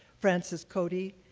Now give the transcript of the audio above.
francis codie,